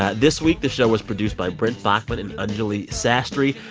ah this week, the show was produced by brent baughman and anjuli sastry.